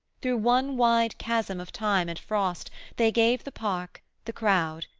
through one wide chasm of time and frost they gave the park, the crowd,